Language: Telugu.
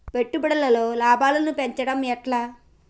పెట్టుబడులలో లాభాలను పెంచడం ఎట్లా?